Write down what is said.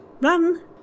Run